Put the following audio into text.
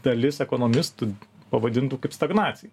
dalis ekonomistų pavadintų kaip stagnacija